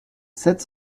sept